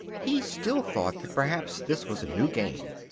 he still thought that perhaps this was a new game.